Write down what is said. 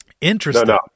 Interesting